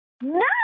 No